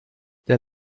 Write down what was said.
der